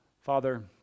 Father